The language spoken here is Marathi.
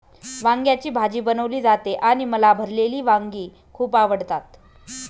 वांग्याची भाजी बनवली जाते आणि मला भरलेली वांगी खूप आवडतात